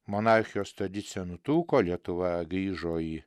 monarchijos tradicija nutrūko lietuva grįžo į